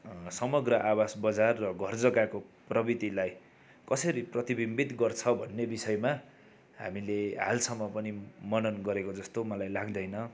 समग्र आवास बजार र घर जग्गाको प्रवृतिलाई कसरी प्रतिविम्बित गर्छ भन्ने विषयमा हामीले हालसम्म पनि मनन गरेको जस्तो मलाई लाग्दैन